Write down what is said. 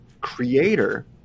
creator